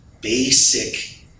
basic